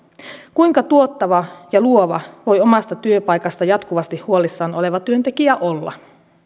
kuinka tuottava ja luova voi omasta työpaikastaan jatkuvasti huolissaan oleva työntekijä olla